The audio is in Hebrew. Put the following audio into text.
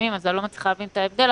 אני באמת שואל מה הבעיה הבריאותית בזה?